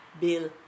bill